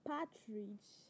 Partridge